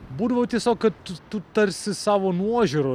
būdavo tiesiog kad tu tu tarsi savo nuožiūra